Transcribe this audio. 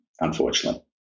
unfortunately